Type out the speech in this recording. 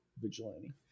Vigilante